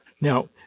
Now